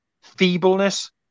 feebleness